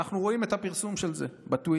אנחנו רואים את הפרסום של זה בטוויטר.